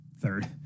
Third